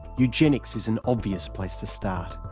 eugenics is an obvious place to start.